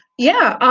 yeah,